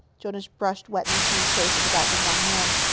jonas brushed wetness from his face with the back of one hand.